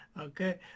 Okay